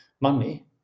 money